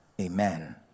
Amen